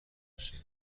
بشه